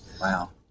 Wow